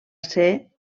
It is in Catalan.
ser